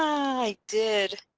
i did!